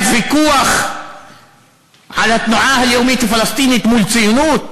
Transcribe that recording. היה ויכוח על התנועה הלאומית הפלסטינית מול הציונות,